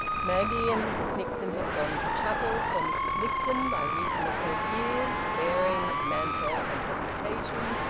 maggie and mrs nixon had gone to chapel, for mrs nixon, by reason of her years, bearing, mantle, and reputation,